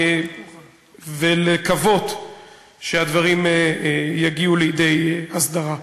ולקוות שהדברים יגיעו לידי הסדרה.